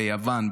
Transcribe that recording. ביוון,